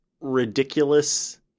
ridiculous